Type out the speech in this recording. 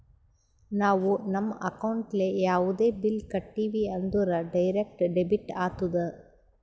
ನಾವು ನಮ್ ಅಕೌಂಟ್ಲೆ ಯಾವುದೇ ಬಿಲ್ ಕಟ್ಟಿವಿ ಅಂದುರ್ ಡೈರೆಕ್ಟ್ ಡೆಬಿಟ್ ಆತ್ತುದ್